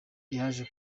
yaje